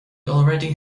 already